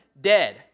dead